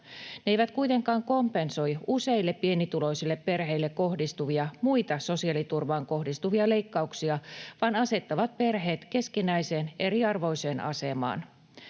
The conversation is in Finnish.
Ne eivät kuitenkaan kompensoi useille pienituloisille perheille kohdistuvia muita sosiaaliturvaan kohdistuvia leikkauksia vaan asettavat perheet keskinäiseen eriarvoiseen asemaan.